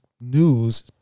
news